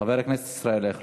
חבר הכנסת ישראל אייכלר.